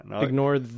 Ignore